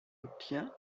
obtient